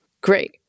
Great